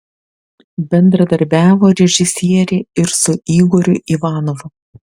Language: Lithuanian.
bendradarbiavo režisierė ir su igoriu ivanovu